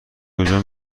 کجا